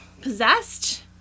Possessed